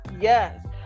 Yes